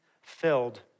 filled